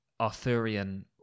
Arthurian